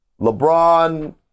LeBron